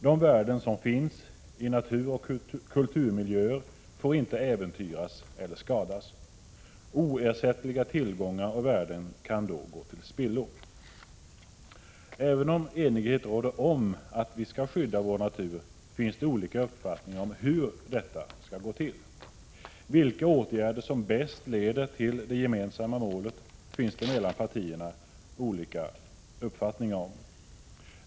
De värden som finns i naturoch kulturmiljöer får inte äventyras eller skadas. Oersättliga tillgångar och värden kan då gå till spillo. Även om enighet råder om att vi måste skydda vår natur finns det olika uppfattningar om hur detta skall gå till. Vilka åtgärder som bäst leder till det gemensamma målet finns det mellan partierna olika uppfattningar om.